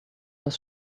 was